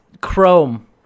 Chrome